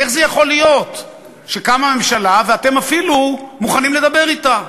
איך זה יכול להיות שקמה ממשלה ואתם אפילו מוכנים לדבר אתה?